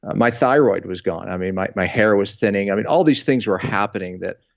my thyroid was gone. i mean, my my hair was thinning. i mean, all these things were happening that.